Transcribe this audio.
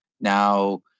now